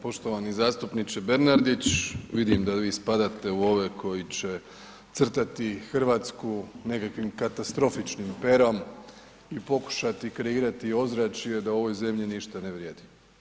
Poštovani zastupniče Bernardić, vidim da vi spadate u ove koji će crtati Hrvatsku nekakvim katastrofičnim perom i pokušati kreirati ozračje da u ovoj zemlji ništa ne vrijedi.